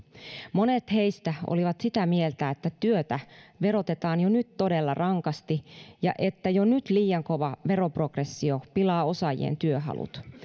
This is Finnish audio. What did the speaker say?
monet heistä olivat sitä mieltä että työtä verotetaan jo nyt todella rankasti ja että jo nyt liian kova veroprogressio pilaa osaajien työhalut